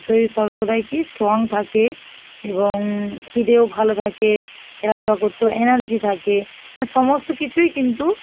শরীর সর্বদাই কী স্ট্রং থাকে এবং খিদেও ভালো থাকে খেলাধূলা করতেও এনার্জি থাকে মানে সমস্ত কিছুই কিন্তু